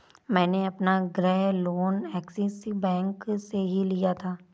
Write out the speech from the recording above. मैंने अपना गृह लोन ऐक्सिस बैंक से ही लिया था